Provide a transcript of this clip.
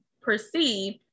perceive